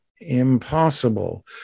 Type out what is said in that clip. impossible